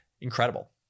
Incredible